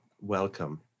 welcome